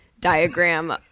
diagram